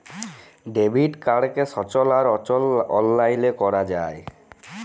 debit কাড়কে সচল আর অচল অললাইলে ক্যরা যায়